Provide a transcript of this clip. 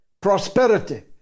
prosperity